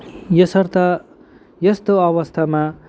यसर्थ यस्तो अवस्थामा